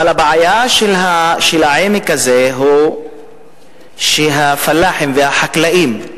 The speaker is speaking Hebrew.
אבל הבעיה של העמק הזה הוא שהפלאחים והחקלאים,